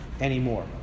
anymore